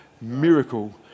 miracle